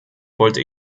wollte